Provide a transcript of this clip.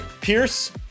Pierce